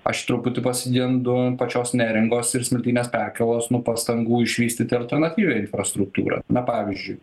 aš truputį pasigendu pačios neringos ir smiltynės perkėlos nu pastangų išvystyti alternatyvią infrastruktūrą pavyzdžiui